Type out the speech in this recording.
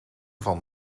van